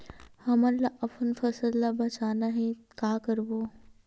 हमन ला अपन फसल ला बचाना हे का करबो?